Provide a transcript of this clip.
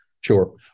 Sure